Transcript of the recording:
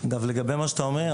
לגבי מה שאתה אומר,